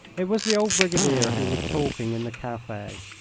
it was the old brigadier who was talking in the cafe.